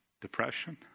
depression